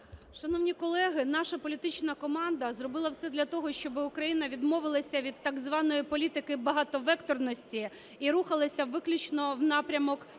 Шановні колеги! Наша політична команда зробила все для того, щоб Україна відмовилися від так званої політики багатовекторності і рухалася виключно в напрямок